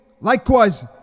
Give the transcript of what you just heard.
Likewise